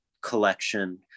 collection